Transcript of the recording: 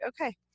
okay